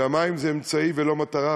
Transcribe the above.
המים זה אמצעי ולא מטרה.